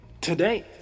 today